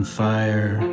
fire